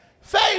Faith